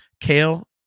Kale